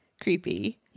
creepy